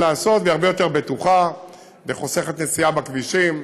היא הרבה יותר בטוחה, וחוסכת נסיעה בכבישים,